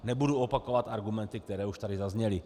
Nebudu opakovat argumenty, které už tady zazněly.